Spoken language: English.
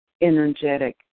energetic